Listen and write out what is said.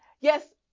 yes